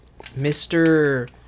Mr